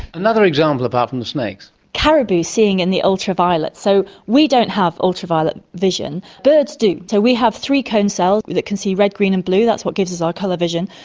another example, apart from the snakes? caribou seeing in the ultraviolet. so we don't have ultraviolet vision. birds do. so we have three cone cells that can see red, green and blue, that's what gives us our colour vision.